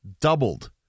doubled